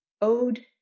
Ode